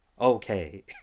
okay